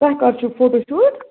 تۄہہِ کَر چھُو فوٹوٗشوٗٹ